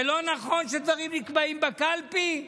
זה לא נכון שדברים נקבעים בקלפי?